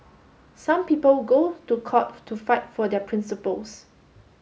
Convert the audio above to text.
some people go to court to fight for their principles